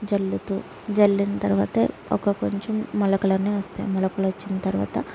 జల్లుతూ జల్లిన తరువాత ఒక కొంచెం మొలకలు అనేవి వస్తాయి మొలకలు వచ్చిన తరువాత